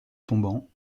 tombant